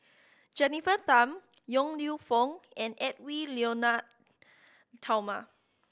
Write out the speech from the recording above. Jennifer Tham Yong Lew Foong and Edwy Lyonet Talma